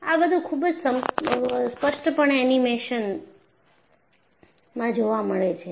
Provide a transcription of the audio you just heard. આ બધું ખૂબ જ સ્પષ્ટપણે એનિમેશનમાં જોવા મળે છે